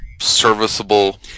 serviceable